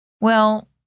Well